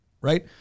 Right